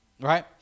Right